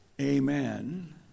Amen